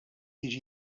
jiġi